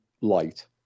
light